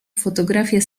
fotografię